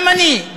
גם אני,